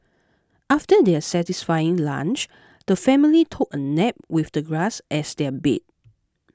after their satisfying lunch the family took a nap with the grass as their bed